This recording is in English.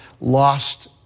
lost